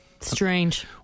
Strange